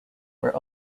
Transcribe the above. where